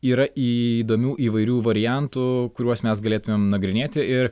yra įdomių įvairių variantų kuriuos mes galėtumėm nagrinėti ir